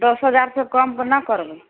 दस हजारसे कम नहि करबै